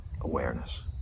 Awareness